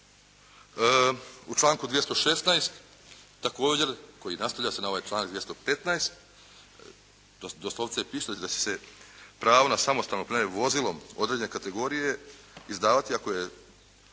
U članku 216. također koji nastavlja se na ovaj članak 215. doslovce piše da će se pravo na samostalno upravljanje vozilom određene kategorije izdavati ako je